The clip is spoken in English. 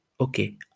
Okay